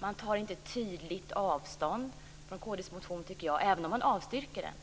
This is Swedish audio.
Man tar inte tydligt avstånd från kd:s motion, även om man avstyrker den.